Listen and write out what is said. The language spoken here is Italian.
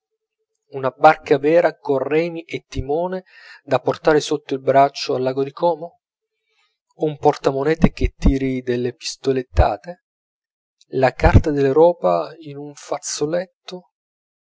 una barca vera con remi e timone da portar sotto il braccio al lago di como un portamonete che tiri delle pistolettate la carta dell'europa in un fazzoletto